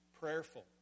prayerful